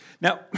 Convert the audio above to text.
Now